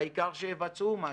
העיקר שיבצעו משהו.